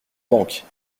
banque